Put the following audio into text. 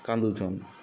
କାନ୍ଦୁଛନ୍